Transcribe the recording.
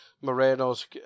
Moreno's